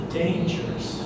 dangers